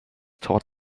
taught